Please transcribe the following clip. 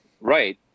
Right